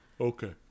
Okay